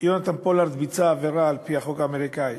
יונתן פולארד ביצע עבירה על-פי החוק האמריקני,